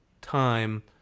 time